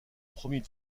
premier